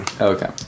Okay